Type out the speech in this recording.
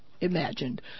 imagined